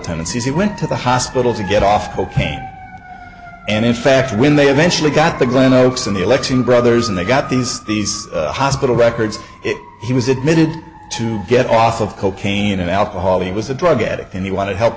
tendencies he went to the hospital to get awful pain and in fact when they eventually got the glen oaks in the election brothers and they got these these hospital records he was admitted to get off of cocaine and alcohol he was a drug addict and he wanted help